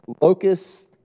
Locusts